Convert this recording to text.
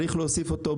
יש כשרויות של רובין,